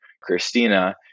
Christina